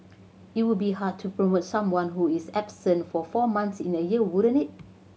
it would be hard to promote someone who is absent for four months in a year wouldn't it